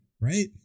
right